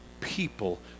people